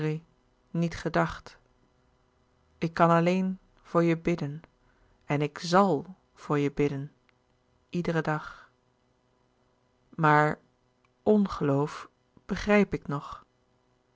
niet gedacht ik kan alleen voor je bidden en ik zàl voor je bidden iederen dag maar ongeloof begrijp ik nog